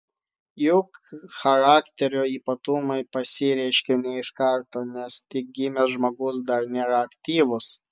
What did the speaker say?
juk charakterio ypatumai pasireiškia ne iš karto nes tik gimęs žmogus dar nėra aktyvus